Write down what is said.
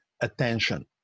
attention